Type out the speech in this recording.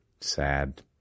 sad –